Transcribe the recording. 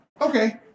okay